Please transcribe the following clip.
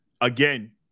again